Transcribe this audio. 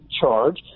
charge